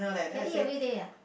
can eat everyday ah